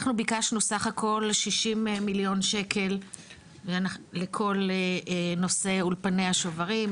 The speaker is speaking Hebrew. אנחנו ביקשנו סך הכל 60 מיליון שקל לכל נושא אולפני השוברים.